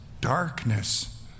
darkness